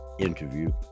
interview